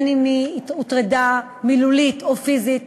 אם היא הוטרדה מילולית או פיזית,